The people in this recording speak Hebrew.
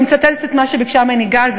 אני מצטטת את מה שביקשה ממני גל,